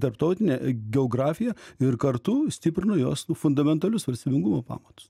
tarptautinę geografiją ir kartu stiprino jos fundamentalius valstybingumo pamatus